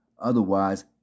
otherwise